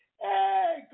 Hey